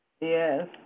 Yes